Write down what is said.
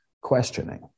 questioning